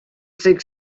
takes